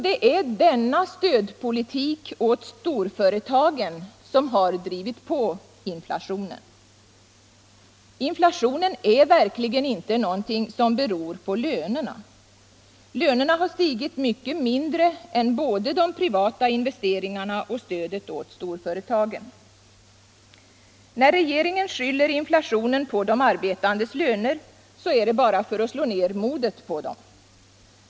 Det är denna stödpolitik åt storföretagen, som drivit på inflationen. Inflationen är verkligen inte något som beror på lönerna. Lönerna har stigit mycket mindre än både de privata investeringarna och stödet åt storföretagen. När regeringen skyller inflationen på de arbetandes löner, är det bara för att slå ner modet på dem.